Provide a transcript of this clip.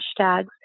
hashtags